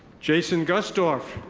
jason gusdorf.